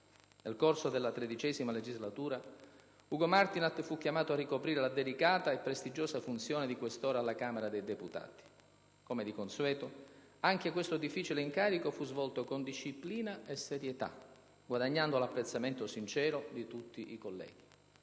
Nel corso della XIII Legislatura, Ugo Martinat fu chiamato a ricoprire la delicata e prestigiosa funzione di Questore della Camera dei deputati. Come di consueto, anche questo difficile incarico fu svolto con disciplina e serietà, guadagnando l'apprezzamento sincero di tutti i colleghi.